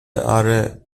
اره